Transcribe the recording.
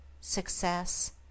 Success